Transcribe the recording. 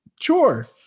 Sure